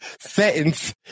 sentence